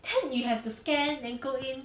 then you have to scan then go in